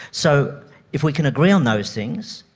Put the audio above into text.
so if we can agree on those things,